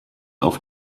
auf